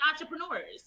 entrepreneurs